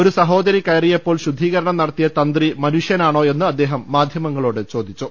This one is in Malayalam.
ഒരു സഹോദരി കയറിയപ്പോൾ ശുദ്ധീകരണം നടത്തിയ തന്ത്രി മനുഷ്യനാണോയെന്ന് അദ്ദേഹം മാധ്യമങ്ങളോട് ചോദിച്ചു